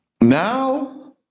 Now